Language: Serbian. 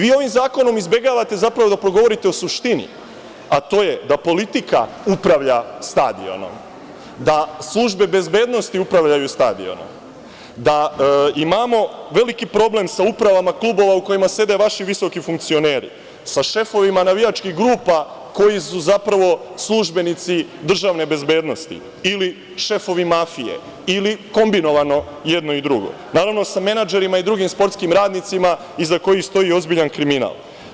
Vi ovim zakonom izbegavate, zapravo, da progovorite o suštini, a to je da politika upravlja stadionom, da službe bezbednosti upravljaju stadionom, da imamo veliki problem sa upravama klubova u kojima sede vaši visoki funkcioneri, sa šefovima navijačkih grupa koji su zapravo službenici državne bezbednosti ili šefovi mafije ili kombinovano jedno i drugo, naravno, sa menadžerima i drugim sportskim radnicima, iza kojih stoji ozbiljan kriminal.